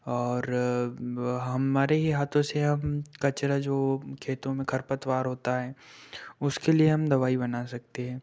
और हमारे ही हाथों से हम कचरा जो खेतों में खरपतवार होता है उसके लिए हम दवाई बना सकते हैं